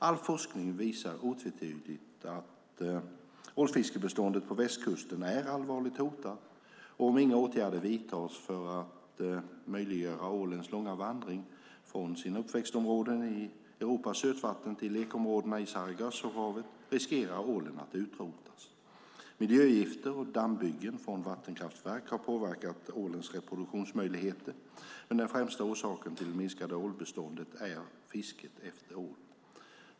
All forskning visar otvetydigt att ålfiskebeståndet på västkusten är allvarligt hotat, och om inga åtgärder vidtas för att möjliggöra ålens långa vandring från sina uppväxtområden i Europas sötvatten till lekområdena i Sargassohavet riskerar ålen att utrotas. Miljögifter och dammbyggen för vattenkraftverk har påverkat ålens reproduktionsmöjligheter, men den främsta orsaken till det minskade ålbeståndet är fisket efter ål.